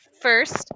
First